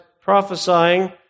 prophesying